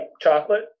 chocolate